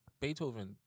Beethoven